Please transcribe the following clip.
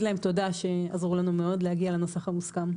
להם תודה שעזרו לנו מאוד להגיע לנוסח המוסכם.